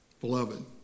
beloved